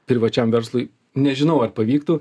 privačiam verslui nežinau ar pavyktų